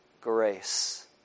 grace